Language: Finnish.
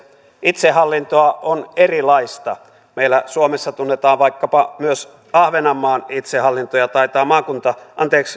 itsehallintoa on erilaista meillä suomessa tunnetaan vaikkapa myös ahvenanmaan itsehallinto ja taitaa